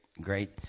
great